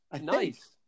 Nice